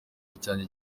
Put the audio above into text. cyanjye